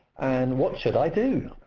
and what should i do?